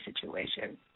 situation